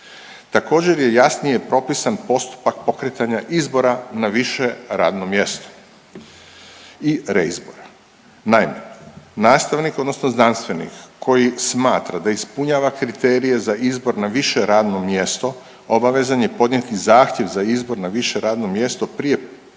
Također je jasnije propisan postupak pokretanja izbora na više radno mjesto i reizbora. Naime, nastavnik odnosno znanstvenik koji smatra da ispunjava kriterije za izbor na više radno mjesto obavezan je podnijeti zahtjev za izbor na više radno mjesto prije